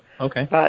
Okay